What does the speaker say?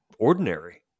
ordinary